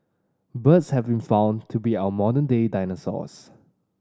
birds have been found to be our modern day dinosaurs